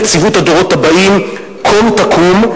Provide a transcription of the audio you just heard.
נציבות הדורות הבאים קום תקום,